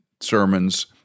sermons